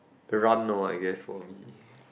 run loh I guess so